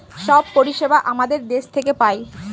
সব পরিষেবা আমাদের দেশ থেকে পায়